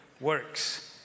works